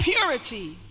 purity